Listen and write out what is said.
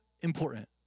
important